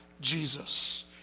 Jesus